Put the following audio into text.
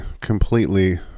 completely